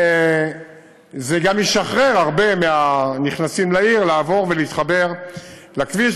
וזה גם ישחרר הרבה מהנכנסים לעיר שיוכלו לעבור ולהתחבר לכביש.